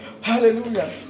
Hallelujah